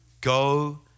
go